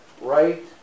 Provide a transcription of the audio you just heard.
right